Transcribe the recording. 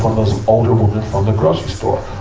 um those older women from the grocery store,